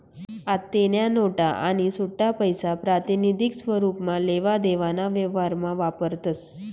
आत्तेन्या नोटा आणि सुट्टापैसा प्रातिनिधिक स्वरुपमा लेवा देवाना व्यवहारमा वापरतस